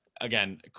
Again